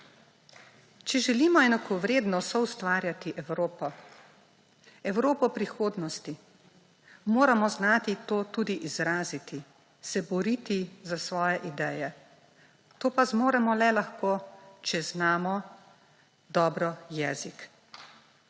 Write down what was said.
Če želimo enakovredno soustvarjati Evropo, Evropo prihodnosti, moramo znati to tudi izraziti, se boriti za svoje ideje. To pa lahko zmoremo le tako, če znamo dobro jezik.